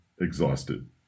exhausted